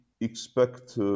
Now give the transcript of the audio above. expect